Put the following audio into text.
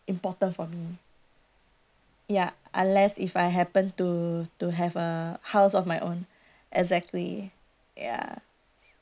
important for me ya unless if I happen to to have a house of my own exactly ya